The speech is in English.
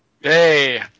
hey